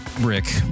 Rick